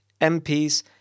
MPs